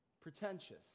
Pretentious